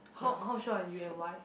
how how sure are you and why